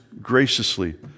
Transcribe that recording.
graciously